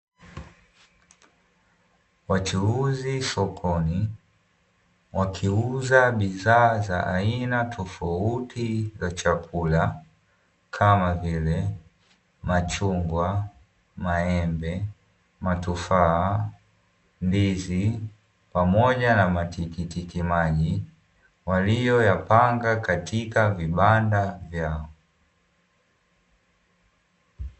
Wachuuzi sokoni wakiuza bidhaa za aina tofauti za chakula kama vile: machungwa, maembe, matufaa, ndizi pamoja na matikitikimaji waliyoyapanga katika viwanda vyao.